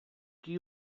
qui